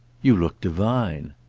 you look divine!